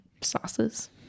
sauces